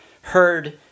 heard